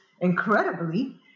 incredibly